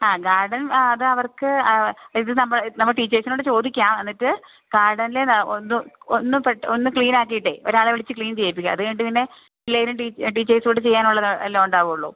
ആ ഗാർഡൻ അതവർക്ക് ഇത് നമുക്ക് ടീച്ചേഴ്സിനോട് ചോദിക്കാം എന്നിട്ട് ഗാർഡനില് ഒന്ന് ക്ലീനാക്കിയിട്ട് ഒരാളെ വിളിച്ച് ക്ലീൻ ചെയ്യിപ്പിക്കാം അതുകഴിഞ്ഞിട്ട് പിന്നെ ഏതെങ്കിലും ടീച്ചേഴ്സുമായിട്ട് ചെയ്യാനുള്ളതല്ലേ ഉണ്ടാവുകയുള്ളൂ